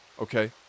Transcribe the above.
Okay